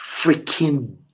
freaking